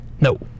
No